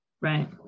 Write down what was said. right